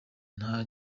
nta